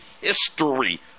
history